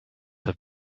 have